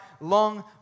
long